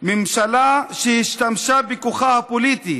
ממשלה שהשתמשה בכוחה הפוליטי